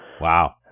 Wow